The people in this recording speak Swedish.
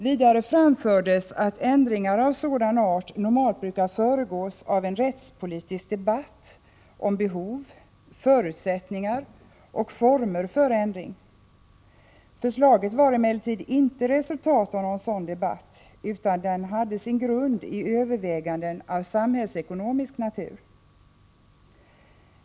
Vidare framfördes att ändringar av sådan art normalt brukar föregås av en rättspolitisk debatt om behov, förutsättningar och former för ändring. Förslaget var emellertid inte resultatet av någon sådan debatt utan hade sin grund i överväganden av samhällsekonomisk natur.